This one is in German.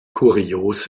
kurios